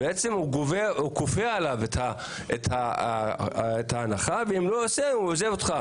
היא כופה עליו את ההנחה: אם לא תעשה אני עוזבת אותך,